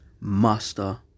master